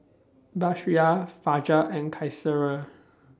Batrisya Fajar and Qaisara